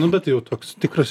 nu bet jau toks tikras